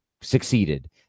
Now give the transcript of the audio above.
succeeded